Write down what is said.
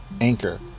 Anchor